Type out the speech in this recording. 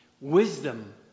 wisdom